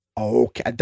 Okay